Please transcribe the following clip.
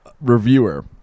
reviewer